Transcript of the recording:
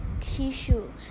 tissue